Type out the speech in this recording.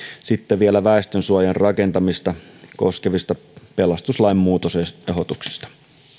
sitten vielä väestönsuojan rakentamista koskevista pelastuslain muutosehdotuksista